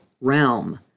Realm